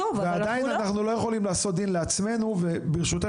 ועדיין אנחנו לא יכולים לעשות דין לעצמנו וברשותך